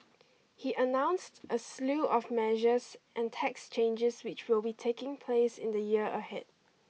he announced a slew of measures and tax changes which will be taking place in the year ahead